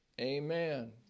Amen